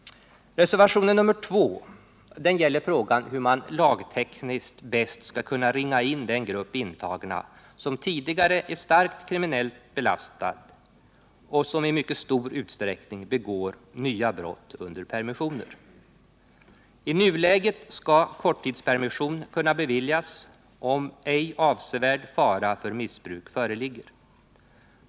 Reservationen 2 gäller frågan hur man bäst skall kunna ringa in den grupp intagna som tidigare är starkt kriminellt belastad och som i mycket stor utsträckning begår nya brott under permissioner. I nuläget skall korttidspermission kunna beviljas, om ej avsevärd fara för missbruk föreligger.